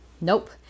Nope